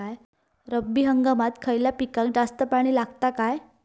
रब्बी हंगामात खयल्या पिकाक जास्त पाणी लागता काय?